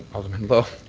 alderman lowe.